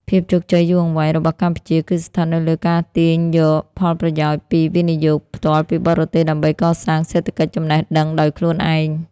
ភាពជោគជ័យយូរអង្វែងរបស់កម្ពុជា គឺស្ថិតនៅលើការទាញយកផលប្រយោជន៍ពី វិនិយោគផ្ទាល់ពីបរទេស ដើម្បីកសាង "សេដ្ឋកិច្ចចំណេះដឹង" ដោយខ្លួនឯង។